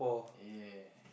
ya